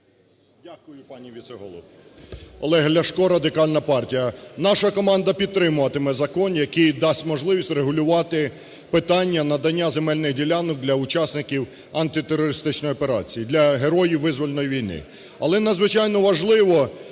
Дякую, пані віце-голово. Олег Ляшко, Радикальна партія. Наша команда підтримуватиме закон, який дасть можливість регулювати питання надання земельних ділянок для учасників антитерористичної операції, для героїв визвольної війни.